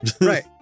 Right